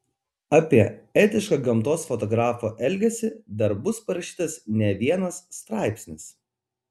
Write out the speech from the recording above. apie etišką gamtos fotografo elgesį dar bus parašytas ne vienas straipsnis